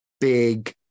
big